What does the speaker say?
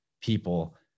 people